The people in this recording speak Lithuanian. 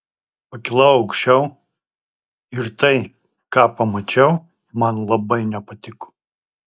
pakilau aukščiau ir tai ką pamačiau man labai nepatiko